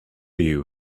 you